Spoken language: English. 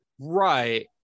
Right